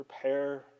Prepare